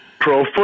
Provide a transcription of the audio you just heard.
Pro